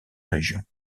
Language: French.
région